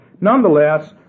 Nonetheless